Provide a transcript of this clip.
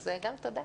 אז גם תודה.